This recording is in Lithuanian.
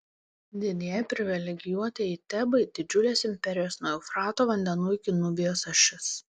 didieji privilegijuotieji tebai didžiulės imperijos nuo eufrato vandenų iki nubijos ašis